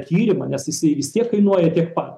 tyrimą nes jisai vis tiek kainuoja tiek pat